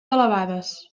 elevades